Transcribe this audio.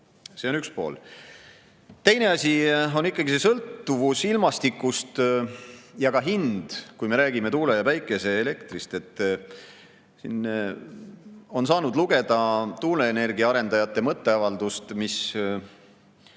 see on üks pool. Teine asi on ikkagi sõltuvus ilmastikust ja ka hind, kui me räägime tuule‑ ja päikeseelektrist. On saanud lugeda tuuleenergia arendajate mõtteavaldust, mis